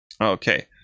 Okay